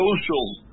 social